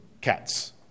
cats